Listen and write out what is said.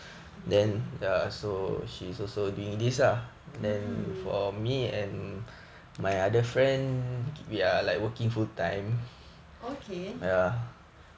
mm okay